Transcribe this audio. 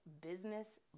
business